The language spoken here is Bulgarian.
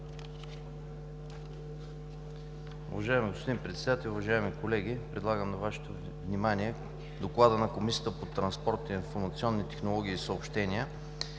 Уважаеми господин Председател, уважаеми колеги! Предлагам на Вашето внимание: „ДОКЛАД на Комисията по транспорт, информационни технологии и съобщения